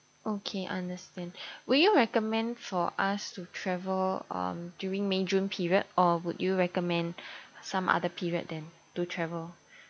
okay understand would you recommend for us to travel um during may june period or would you recommend some other period then to travel